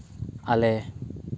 ᱟᱞᱮ